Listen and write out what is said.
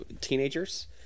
teenagers